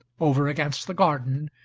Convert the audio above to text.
over against the garden,